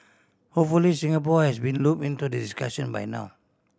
hopefully Singapore has been loop into the discussion by now